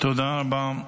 תודה רבה,